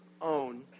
own